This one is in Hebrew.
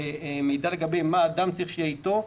מידע לגבי מה אדם צריך שיהיה איתו,